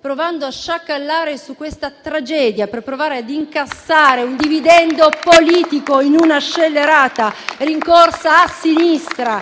provando a sciacallare su questa tragedia, per provare a incassare un dividendo politico in una scellerata rincorsa a sinistra.